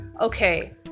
Okay